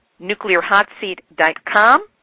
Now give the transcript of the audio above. nuclearhotseat.com